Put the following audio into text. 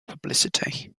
publicity